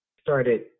started